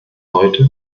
heute